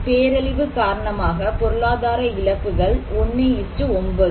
பேரழிவு காரணமாக பொருளாதார இழப்புகள் 1 9